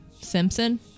Simpson